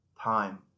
Time